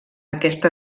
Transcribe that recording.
aquesta